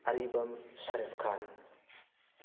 ꯑꯔꯤꯕꯝ Sharif ꯈꯥꯟ